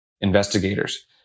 investigators